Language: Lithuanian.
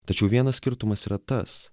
tačiau vienas skirtumas yra tas